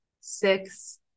six